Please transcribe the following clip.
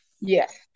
Yes